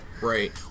Right